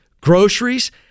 groceries